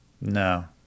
No